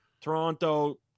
Toronto